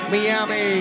Miami